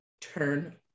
turn